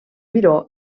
miró